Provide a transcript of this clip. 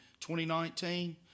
2019